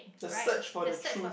the search for the truth